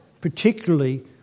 particularly